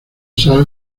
sal